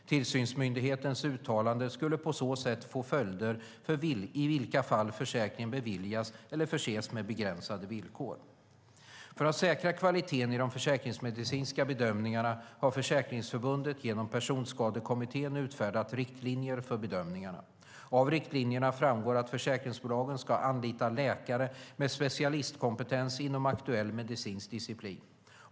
Tillsynsmyndighetens uttalande skulle på så sätt få följder för i vilka fall försäkring beviljas eller förses med begränsade villkor. För att säkra kvaliteten i de försäkringsmedicinska bedömningarna har Försäkringsförbundet genom Personskadekommittén utfärdat riktlinjer för bedömningarna. Av riktlinjerna framgår att försäkringsbolagen ska anlita läkare med specialistkompetens inom aktuell medicinsk disciplin.